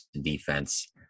defense